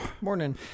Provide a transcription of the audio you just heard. Morning